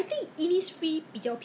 真的吗你真的有这样做吗